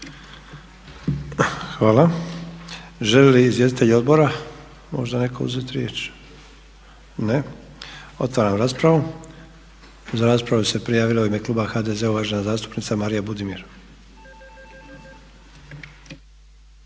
Hvala. Žele li izvjestitelji odbora netko uzeti riječ? Ne. Otvaram raspravu. Za raspravu se prijavila u ime kluba HDZ-a uvažena zastupnica Marija Budimir.